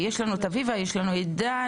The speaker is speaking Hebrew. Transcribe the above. יש לנו את דן.